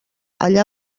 allà